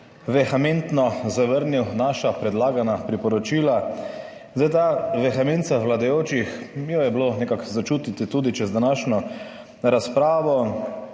vehementno zavrnil naša predlagana priporočila. Ta vehemenca vladajočih, mi jo je bilo nekako začutiti tudi čez današnjo razpravo,